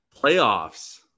Playoffs